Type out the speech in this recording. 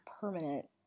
permanent